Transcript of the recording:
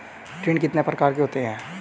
ऋण कितने प्रकार के होते हैं?